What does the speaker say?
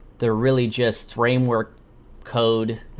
they're really just framework code.